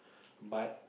but